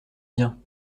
bien